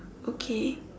okay